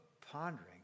pondering